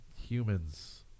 humans